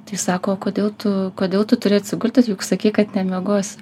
tai sako kodėl tu kodėl tu turi atsigulti juk sakei kad nemiegosi